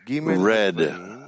red